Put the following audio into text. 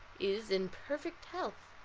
is in perfect health.